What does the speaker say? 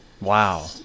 Wow